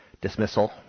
dismissal